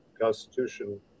Constitution